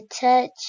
touch